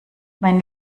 mein